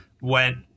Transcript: went